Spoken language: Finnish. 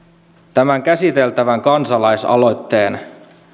tämän käsiteltävän kansalaisaloitteen